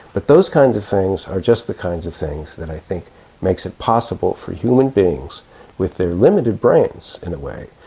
but those kinds of things are just the kinds of things that i think makes it possible for human beings with their limited brains, in a way,